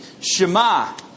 Shema